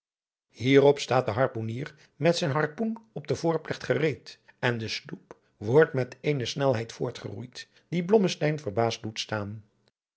hierop staat de harpoenier met zijn harpoen op de voorplecht gereed en de sloep wordt met eene snelheid voortgeroeid die blommesteyn verbaasd doet staan